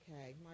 Okay